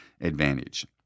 advantage